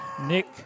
Nick